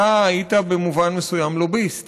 אתה היית, במובן מסוים, לוביסט